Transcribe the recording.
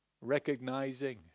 Recognizing